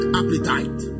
appetite